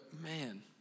man